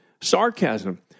sarcasm